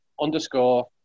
underscore